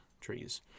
trees